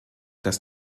dass